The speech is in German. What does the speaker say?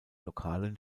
lokalen